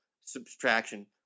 subtraction